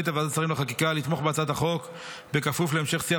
החליטה ועדת השרים לחקיקה לתמוך בהצעת החוק בכפוף להמשך שיח